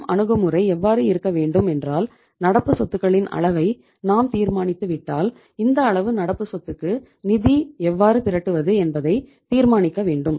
நம் அணுகுமுறை எவ்வாறு இருக்க வேண்டும் என்றால் நடப்பு சொத்துகளின் அளவை நாம் தீர்மானித்து விட்டால் இந்த அளவு நடப்பு சொத்துக்கு நிதி எவ்வாறு திரட்டுவது என்பதை தீர்மானிக்க வேண்டும்